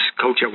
coach